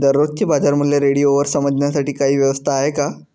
दररोजचे बाजारमूल्य रेडिओवर समजण्यासाठी काही व्यवस्था आहे का?